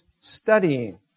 studying